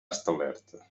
establerta